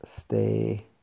stay